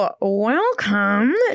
Welcome